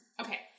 okay